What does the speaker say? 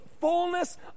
fullness